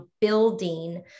building